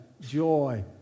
joy